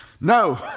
No